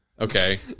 Okay